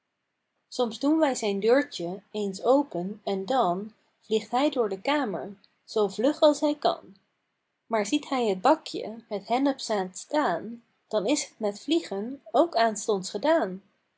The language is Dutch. soms doen wij zijn deurtje eens open en dan vliegt hij door de kamer zoo vlug als hij kan maar ziet hij het bakje met hennepzaad staan dan is het met vliegen ook aanstonds gedaan